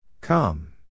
Come